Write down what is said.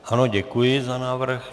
Ano, děkuji za návrh.